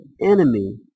enemy